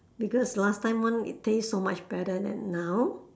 because last time one it tastes so much better than now